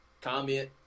comment